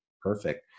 Perfect